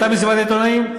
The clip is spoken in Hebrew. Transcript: הייתה מסיבת עיתונאים,